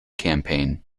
campaign